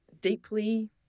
deeply